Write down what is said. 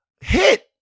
hit